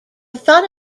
thought